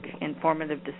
informative